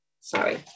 sorry